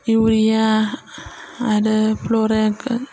urea आरो फ्लरेन